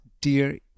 dear